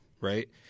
right